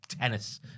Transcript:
tennis